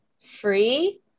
free